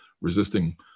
resisting